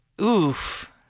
Oof